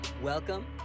Welcome